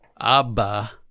Abba